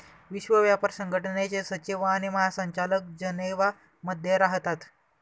विश्व व्यापार संघटनेचे सचिव आणि महासंचालक जनेवा मध्ये राहतात